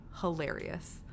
hilarious